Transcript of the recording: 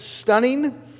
stunning